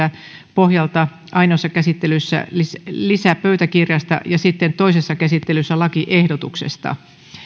pohjalta ainoassa käsittelyssä lisäpöytäkirjasta ja sitten toisessa käsittelyssä lakiehdotuksesta